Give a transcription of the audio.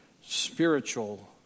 spiritual